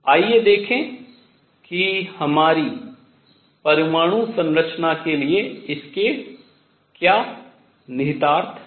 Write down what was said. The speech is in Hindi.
आइए देखें कि हमारी परमाणु संरचना के लिए इसके क्या निहितार्थ हैं